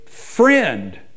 Friend